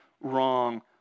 wrong